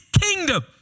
kingdom